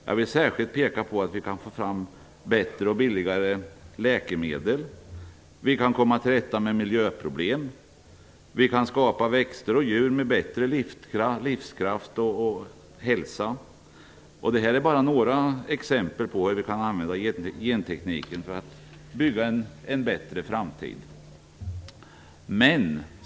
Jag vill särskilt påpeka att vi kan få fram bättre och billigare läkemedel, vi kan komma till rätta med miljöproblem, vi kan skapa växter och djur med bättre livskraft och hälsa. Det här är bara några exempel på hur vi kan använda gentekniken gör att bygga en bättre framtid.